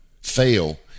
fail